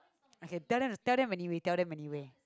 okay tell them tell them anyway tell them anyway